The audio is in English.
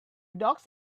dogs